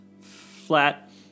flat